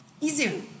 easier